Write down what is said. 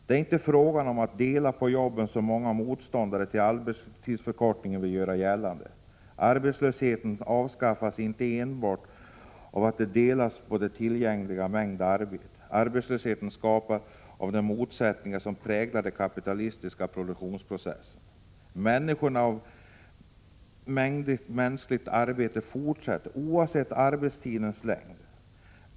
Det är inte fråga om att dela på jobben, som många motståndare till en arbetstidsförkortning vill göra gällande. Arbetslösheten avskaffas inte enbart genom 7 att man delar på den tillgängliga mängden arbete. Arbetslösheten skapas av de motsättningar som präglar den kapitalistiska produktionsprocessen. Minskningen av mängden mänskligt arbete fortsätter, oavsett arbetstidens längd.